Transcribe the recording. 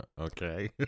Okay